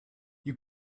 you